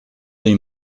dei